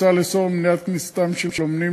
מוצע לאסור את מניעת כניסתם של אומנים